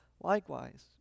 likewise